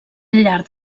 llarg